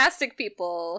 people